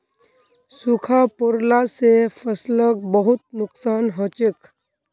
सूखा पोरला से फसलक बहुत नुक्सान हछेक